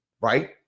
right